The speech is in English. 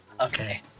Okay